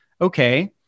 okay